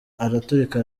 araturika